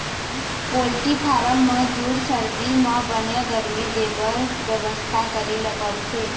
poultry farm म जूड़ सरदी म बने गरमी देबर बेवस्था करे ल परथे